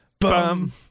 bum